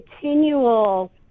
continual